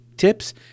tips